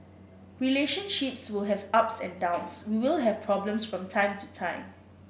relationships will have ups and downs we will have problems from time to time